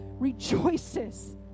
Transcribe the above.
Rejoices